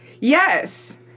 Yes